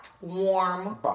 warm